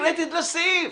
קונקרטית לסעיף.